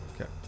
Okay